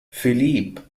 philippe